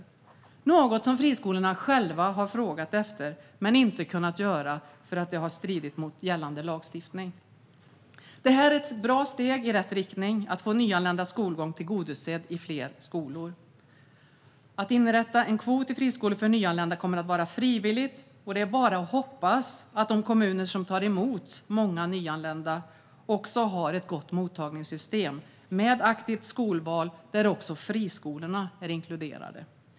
Det är något som friskolorna själva har frågat efter men inte kunnat göra eftersom det har stridit mot gällande lagstiftning. Det ett bra steg i rätt riktning, att få nyanländas skolgång tillgodosedd i fler skolor. Att inrätta en kvot i friskolor för nyanlända kommer att vara frivilligt. Det är bara att hoppas att de kommuner som tar emot många nyanlända har ett gott mottagningssystem med aktivt skolval där också friskolorna är inkluderade.